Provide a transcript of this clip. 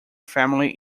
family